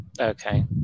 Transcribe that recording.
Okay